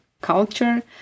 culture